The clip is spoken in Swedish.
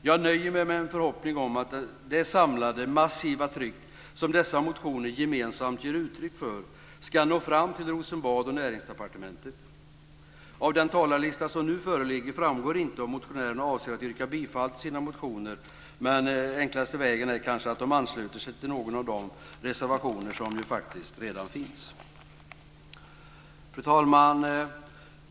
Jag nöjer mig med en förhoppning om att det samlade massiva tryck som dessa motioner gemensamt ger uttryck för ska nå fram till Rosenbad och Näringsdepartementet. Av den talarlista som nu föreligger framgår inte om motionärerna avser att yrka bifall till sina motioner. Enklaste vägen är kanske att de ansluter sig till någon av de reservationer som faktiskt redan finns. Fru talman!